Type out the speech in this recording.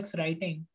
writing